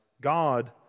God